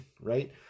right